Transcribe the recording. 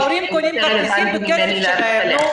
ההורים קונים כרטיסים בכסף שלהם.